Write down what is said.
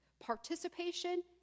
Participation